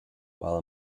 while